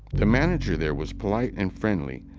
the manager there was polite and friendly,